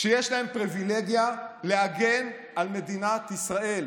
שיש להם פריבילגיה להגן על מדינת ישראל.